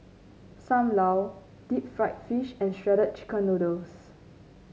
Sam Lau Deep Fried Fish and Shredded Chicken Noodles